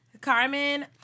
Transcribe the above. Carmen